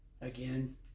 Again